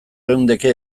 geundeke